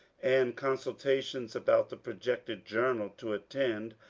and consultations about the projected journal to attend,